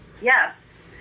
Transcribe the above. yes